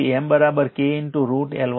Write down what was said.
તેથી M K √ L1 L2 છે